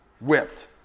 whipped